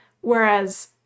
Whereas